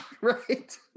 Right